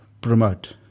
promote